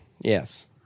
Yes